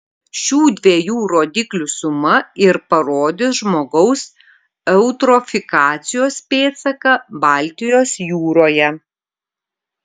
šių dviejų rodiklių suma ir parodys žmogaus eutrofikacijos pėdsaką baltijos jūroje